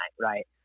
right